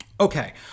okay